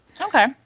Okay